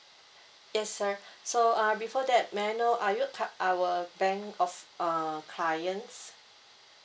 yes sir so uh before that may I know are you cur~ our bank of uh clients